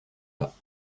pas